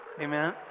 amen